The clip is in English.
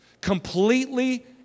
Completely